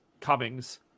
Cummings